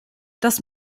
das